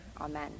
amen